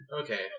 Okay